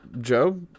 Joe